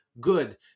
good